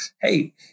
hey